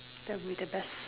that will be the best